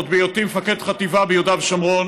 עוד בהיותי מפקד חטיבה ביהודה ושומרון